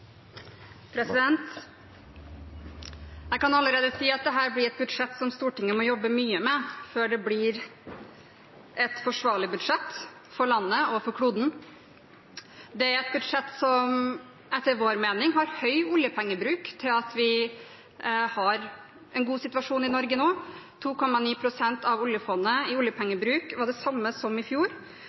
Jeg kan allerede si at dette er et budsjett som Stortinget må jobbe mye med før det blir et forsvarlig budsjett for landet og for kloden. Det er et budsjett som etter vår mening har høy oljepengebruk – til at vi har en god situasjon i Norge nå. 2,9 pst. av oljefondet til oljepengebruk er det samme som i fjor,